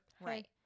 right